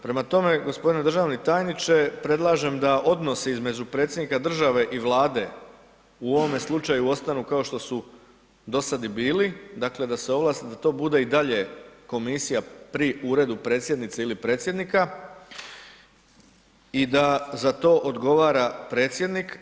Prema tome, gospodine državni tajniče, predlažem da odnos između predsjednika države i Vlade u ovome slučaju ostanu kao što su do sada i bili, da to bude i dalje komisija pri Uredu predsjednice ili predsjednika i da za to odgovara predsjednik.